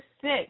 six